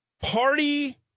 party